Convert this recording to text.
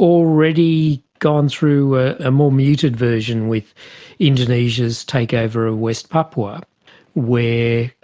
already gone through a more muted version with indonesia's takeover of west papua where,